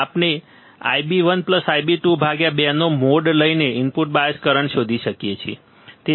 આપણે |Ib1Ib2|2 નો mode લઈને ઇનપુટ બાયઝ કરંટ શોધી શકીએ છીએ